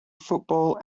football